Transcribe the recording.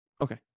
Okay